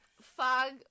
Fog